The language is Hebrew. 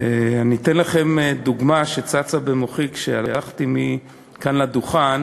אני אתן לכם דוגמה שצצה במוחי כשהלכתי מכאן לדוכן,